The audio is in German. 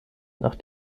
nach